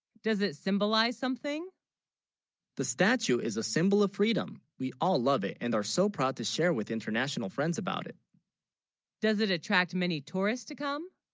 does it symbolize something the statue is a symbol of freedom we all love it and are so proud to share with international friends, about it does it attract many tourists to come